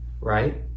right